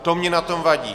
To mně na tom vadí.